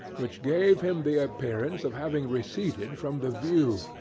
which gave him the appearance of having receded from the view,